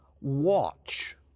watch